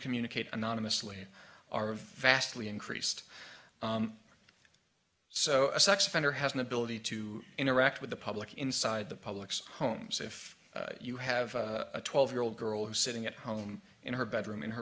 communicate anonymously are vastly increased so a sex offender has an ability to interact with the public inside the public's homes if you have a twelve year old girl who's sitting at home in her bedroom in her